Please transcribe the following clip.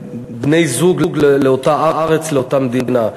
בני-זוג לאותה ארץ, לאותה מדינה.